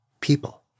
people